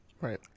Right